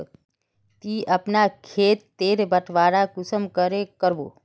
ती अपना खेत तेर बटवारा कुंसम करे करबो?